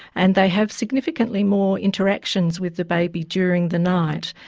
and they have significantly more interactions with the baby during the night.